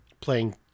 playing